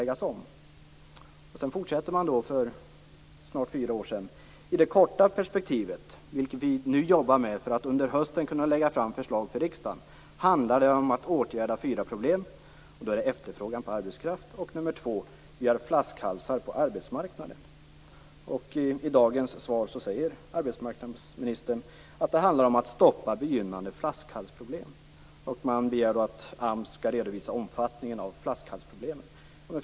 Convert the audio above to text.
Det sades vidare: I det korta perspektivet, vilket vi nu jobbar med för att under hösten kunna lägga fram förslag för riksdagen, handlar det om att åtgärda fyra problem, bl.a. efterfrågan på arbetskraft och flaskhalsar på arbetsmarknaden. I dagens svar säger arbetsmarknadsministern att det handlar om att stoppa begynnande flaskhalsproblem och begär att AMS skall redovisa omfattningen av flaskhalsproblemen.